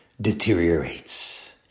deteriorates